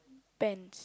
pants